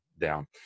down